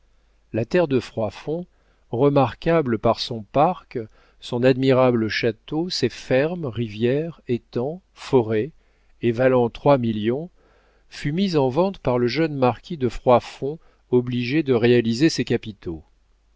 la terre de froidfond remarquable par son parc son admirable château ses fermes rivières étangs forêts et valant trois millions fut mise en vente par le jeune marquis de froidfond obligé de réaliser ses capitaux